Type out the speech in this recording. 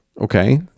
okay